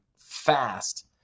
fast